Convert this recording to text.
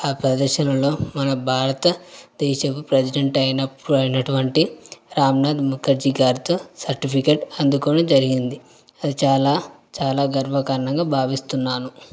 ఆ ప్రదర్శనలో మన భారత దేశపు ప్రెసిడెంట్ అయిన అయినటువంటి రాంనాథ్ ముఖర్జీ గారితో సర్టిఫికెట్ అందుకోవడం జరిగింది అది చాలా చాలా గర్వకారణంగా భావిస్తున్నాను